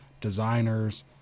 designers